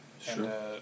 Sure